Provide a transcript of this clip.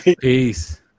Peace